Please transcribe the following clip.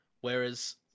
Whereas